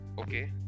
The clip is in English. Okay